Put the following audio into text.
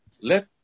let